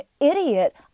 idiot